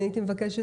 אני הייתי מבקשת,